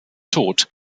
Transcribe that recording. tod